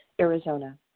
Arizona